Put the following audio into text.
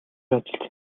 ажилд